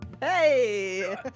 Hey